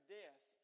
death